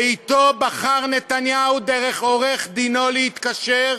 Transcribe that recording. ואתו בחר נתניהו, דרך עורך-דינו, להתקשר,